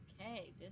Okay